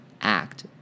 act